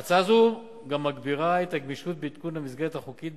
ההצעה גם מגבירה את הגמישות בעדכון המסגרת החוקית,